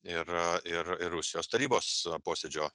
ir ir ir rusijos tarybos posėdžio